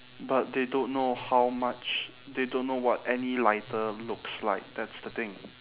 but they don't know how much they don't know what any lighter looks like that's the thing